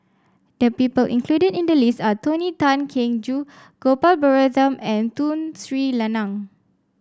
the people included in the list are Tony Tan Keng Joo Gopal Baratham and Tun Sri Lanang